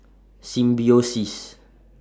Symbiosis